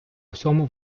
всьому